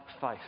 faith